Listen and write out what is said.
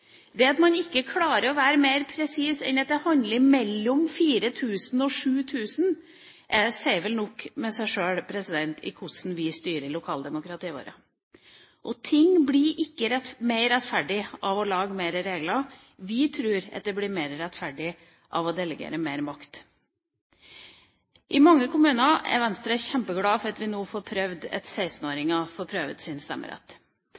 Det at man ikke klarer å være mer presis enn at det handler om mellom 4 000 og 7 000, sier vel nok i seg sjøl om hvordan vi styrer lokaldemokratiet vårt. Ting blir ikke mer rettferdig av å lage flere regler. Vi tror det blir mer rettferdig av å delegere mer makt. Venstre er kjempeglad for at 16-åringer i mange kommuner får prøve ut sin stemmerett.